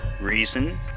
Reason